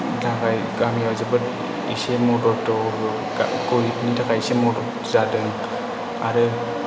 थाखाय गामियाव जोबोद एसे मदद गोरिबनि थाखाय एसे मदद जादों आरो